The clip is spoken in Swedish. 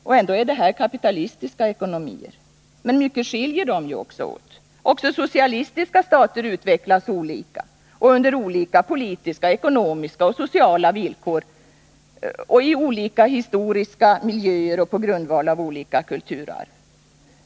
Och ändå är det här kapitalistiska ekonomier. Men mycket skiljer dem ju också åt. Också socialistiska stater utvecklas olika och under olika politiska, ekonomiska och sociala villkor, i olika historiska miljöer och på grundval av olika kulturarv.